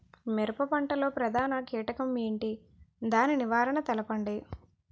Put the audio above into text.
మిరప పంట లో ప్రధాన కీటకం ఏంటి? దాని నివారణ తెలపండి?